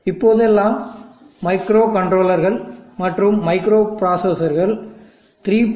இப்போதெல்லாம் மைக்ரோகண்ட்ரோலர்கள் மற்றும் மைக்ரோபிராசசர்ஸ் 3